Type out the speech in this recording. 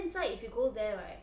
现在 if you go there right